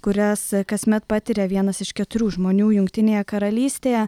kurias kasmet patiria vienas iš keturių žmonių jungtinėje karalystėje